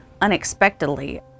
unexpectedly